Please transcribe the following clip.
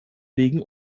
wegen